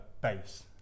base